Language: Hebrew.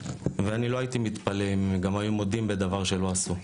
ואני לא הייתי מתפלא אם גם היו מודים בדבר שלא עשו.